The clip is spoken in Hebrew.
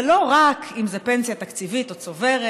ולא רק אם זה פנסיה תקציבית או צוברת,